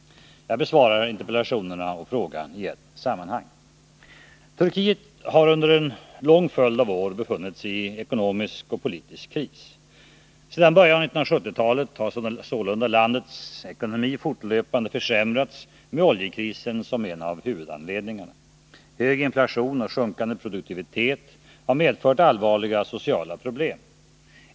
Jag besvarar interpellationerna och frågan i ett sammanhang. Turkiet har under en lång följd av år befunnit sig i ekonomisk och politisk kris. Sedan början av 1970-talet har sålunda landets ekonomi fortlöpande försämrats med oljekrisen som en av huvudanledningarna. Hög inflation och sjunkande produktivitet har medfört allvarliga sociala problem.